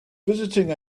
visiting